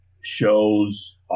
shows